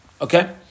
Okay